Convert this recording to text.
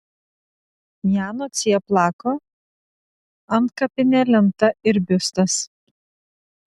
jano cieplako antkapinė lenta ir biustas